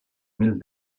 mil